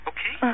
Okay